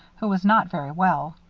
who was not very well.